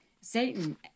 Satan